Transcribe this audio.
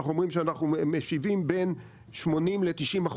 אנחנו אומרים שאנחנו משיבים בין 80% ל-90%